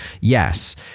yes